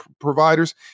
providers